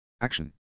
Action